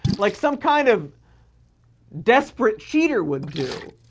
like some kind of desperate cheater would do.